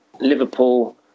Liverpool